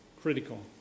critical